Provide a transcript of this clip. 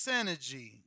energy